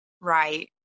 right